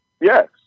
Yes